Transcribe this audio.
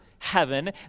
heaven